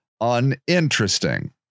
uninteresting